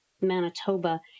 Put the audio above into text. Manitoba